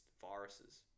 viruses